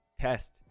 test